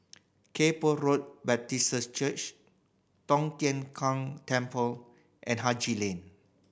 Kay Poh Road Baptist Church Tong Tien Kung Temple and Haji Lane